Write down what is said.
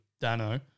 Dano